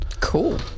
Cool